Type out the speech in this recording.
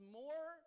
more